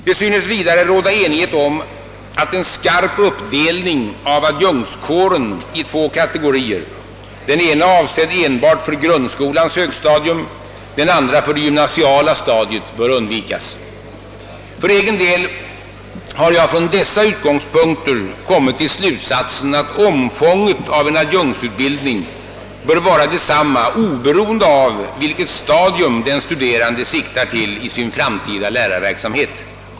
Det synes vidare råda enighet om att en skarp uppdelning av adjunktskåren i två kategorier, den ena avsedd enbart för grundskolans högstadium, den andra för det gymnasiala stadiet, bör undvikas. För egen del har jag från dessa utgångspunkter kommit till slutsatsen att omfånget av adjunktsutbildningen bör vara detsamma oberoende av vilket stadium den studerande siktar till i sin framtida lärarverksamhet.